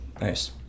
Nice